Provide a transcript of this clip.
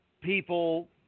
people